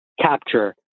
capture